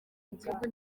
igihugu